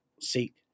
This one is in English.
seek